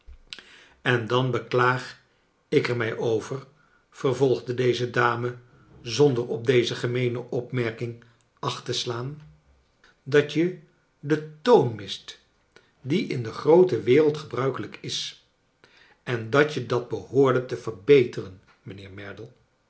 en dan beklaag ik er mij over vervolgde deze dame zonder op deze gemeene opmerking acht te slaan jdat je den toon mist die in de groote wereld gebruikelijk is en dat je dat behoorde te verbeteren mijnheer merdle